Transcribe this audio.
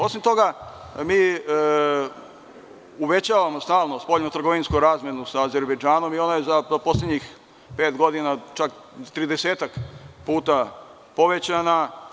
Osim toga, mi uvećavamo stalno spoljnotrgovinsku razmenu sa Azerbejdžanom i ona je za poslednjih pet godina čak tridesetak puta povećana.